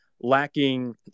lacking